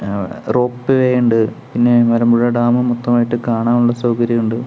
rope വേയുണ്ട് പിന്നെ Malampuzha dam മൊത്തമായിട്ട് കാണാനുള്ള സൗകര്യം ഉണ്ട്